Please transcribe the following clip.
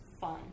fun